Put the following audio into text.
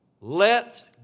Let